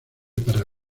para